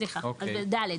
אז ב-(ד).